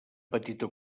petita